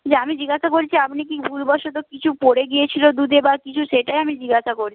যে আমি জিজ্ঞাসা করছি আপনি কি ভুলবশত কিছু পড়ে গিয়েছিলো দুধে বা কিছু সেটাই আমি জিজ্ঞাসা করছি